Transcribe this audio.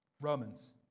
Romans